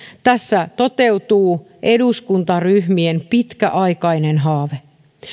tässä toteutuu eduskuntaryhmien pitkäaikainen haave